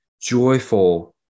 joyful